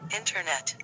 internet